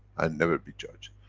and never be judged.